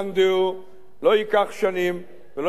לא ייקח שנים ולא ייקח חודשים רבים,